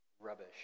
rubbish